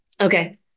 Okay